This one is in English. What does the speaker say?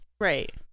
right